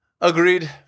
agreed